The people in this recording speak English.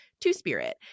two-spirit